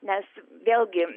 nes vėlgi